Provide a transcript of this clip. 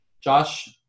Josh